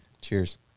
cheers